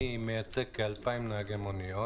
אני מייצג כ-2,000 נהגי מוניות.